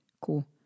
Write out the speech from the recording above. cool